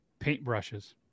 paintbrushes